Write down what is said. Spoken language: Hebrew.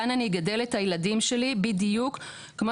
כאן אני אגדל את הילדים שלי בדיוק כמו